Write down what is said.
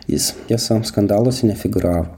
jis tiesa skandaluose nefigūravo